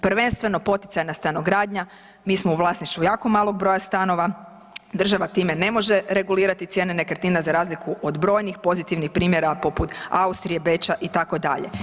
Prvenstveno, poticajna stanogradnja, mi smo u vlasništvu jako malog broja stanova, država time ne može regulirati cijene nekretnina, za razliku od brojnih pozitivnih primjera, poput Austrije, Beča, itd.